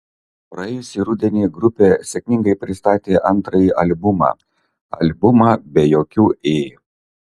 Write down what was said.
praėjusį rudenį grupė sėkmingai pristatė antrąjį albumą albumą be jokių ė